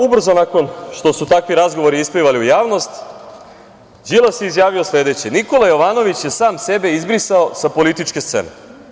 Ubrzo nakon što su takvi razgovori isplivali u javnost, Đilas je izjavio sledeće – Nikola Jovanović je sam sebe izbrisao sa političke scene.